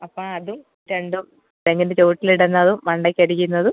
അപ്പം അതും രണ്ടും തെങ്ങിന്റെ ചോട്ടിൽ ഇടുന്നതും മണ്ടയ്ക്ക് അടിക്കുന്നതും